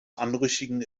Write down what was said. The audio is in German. anrüchigen